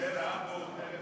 פרל הארבור ב-1942,